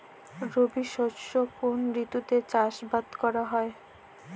রবি শস্য কোন ঋতুতে চাষাবাদ করা হয়?